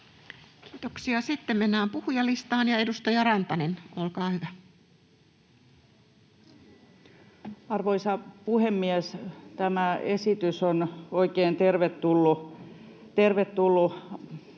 Kiitoksia. — Sitten mennään puhujalistaan. Edustaja Rantanen, olkaa hyvä. Arvoisa puhemies! Tämä esitys on oikein tervetullut